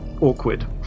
awkward